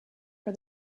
for